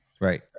Right